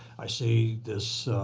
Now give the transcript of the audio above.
i see this